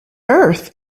earth